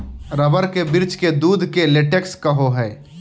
rubber के वृक्ष के दूध के लेटेक्स कहो हइ